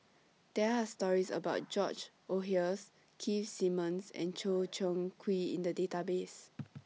There Are stories about George Oehlers Keith Simmons and Choo Seng Quee in The Database